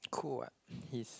cool what he's